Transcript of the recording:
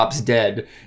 dead